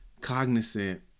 cognizant